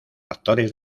actores